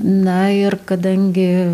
na ir kadangi